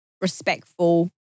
respectful